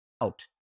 Out